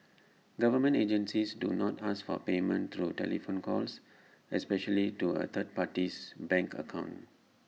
government agencies do not ask for payment through telephone calls especially to A third party's bank account